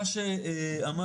מה שאמר,